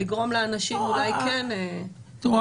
לגרום לאנשים אולי כן --- א',